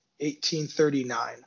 1839